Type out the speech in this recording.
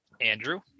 Andrew